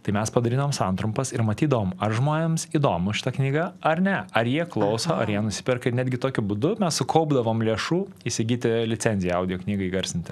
tai mes padarydavom santrumpas ir matydavom ar žmonėms įdomu šita knyga ar ne ar jie klauso ar ją nusiperka ir netgi tokiu būdu mes sukaupdavom lėšų įsigyti licenciją audio knygą įgarsintą